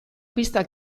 pistak